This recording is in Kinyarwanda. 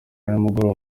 nimugoroba